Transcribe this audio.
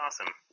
awesome